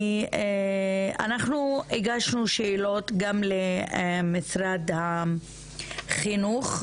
אנחנו הגשנו שאלות גם למשרד החינוך,